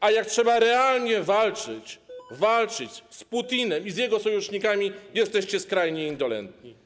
A jak trzeba realnie walczyć, walczyć z Putinem i z jego sojusznikami, jesteście skrajnie indolentni.